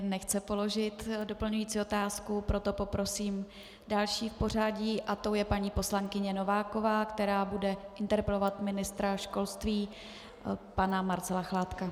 Nechce položit doplňující otázku, proto poprosím další v pořadí, tou je paní poslankyně Nováková, která bude interpelovat ministra školství pana Marcela Chládka.